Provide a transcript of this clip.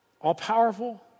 all-powerful